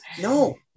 No